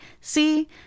see